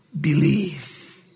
Believe